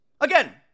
again